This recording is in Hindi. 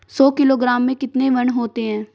सौ किलोग्राम में कितने मण होते हैं?